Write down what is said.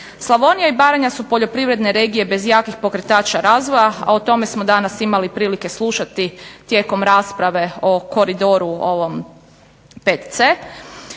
Slavonija i Baranja su poljoprivredne regije bez jakih pokretača razvoja, a o tome smo danas imali prilike slušati tijekom rasprave o koridoru 5C